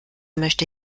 möchte